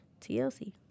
TLC